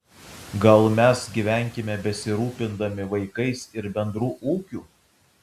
gal mes gyvenkime besirūpindami vaikais ir bendru ūkiu